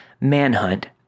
manhunt